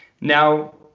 Now